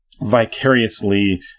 vicariously